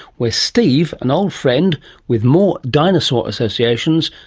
where steve, an old friend with more dinosaur associations,